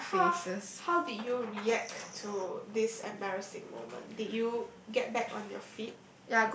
so how how did you react to this embarrassing moment did you get back on your feet